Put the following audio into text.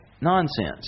nonsense